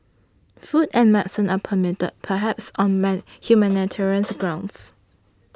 food and medicine are permitted perhaps on man humanitarians grounds